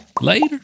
Later